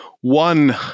one